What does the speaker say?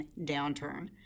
downturn